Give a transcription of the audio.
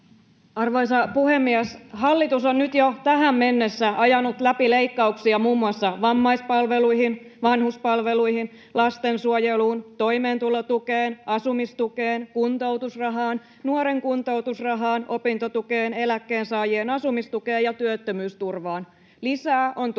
Arvoisa puhemies! Hallitus on nyt jo tähän mennessä ajanut läpi leikkauksia muun muassa vammaispalveluihin, vanhuspalveluihin, lastensuojeluun, toimeentulotukeen, asumistukeen, kuntoutusrahaan, nuoren kuntoutusrahaan, opintotukeen, eläkkeensaajien asumistukeen ja työttömyysturvaan. Lisää on tulossa.